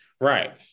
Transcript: Right